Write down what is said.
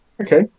Okay